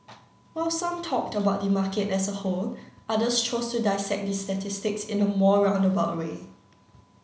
while some talked about the market as a whole others chose to dissect the statistics in a more roundabout way